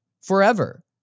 forever